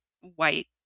white